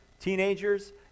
teenagers